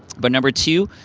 but number two,